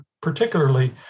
particularly